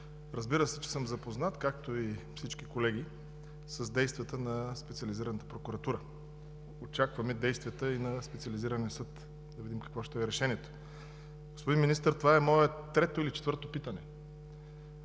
Разбира се, че съм запознат, както и всички колеги, с действията на Специализираната прокуратура. Очакваме действията и на Специализирания съд, да видим какво ще е решението. Господин Министър, това е мое трето или четвърто питане.